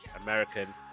american